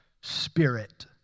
spirit